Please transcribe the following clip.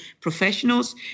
professionals